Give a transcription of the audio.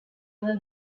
were